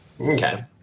Okay